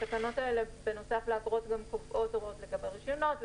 התקנות האלה גם קובעות הוראות לגבי תוקף רישיונות.